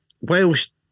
whilst